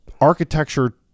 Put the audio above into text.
Architecture